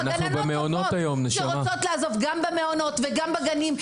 גננות עוברות כי הן רוצות לעזוב גם במעונות וגם בגנים.